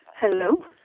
Hello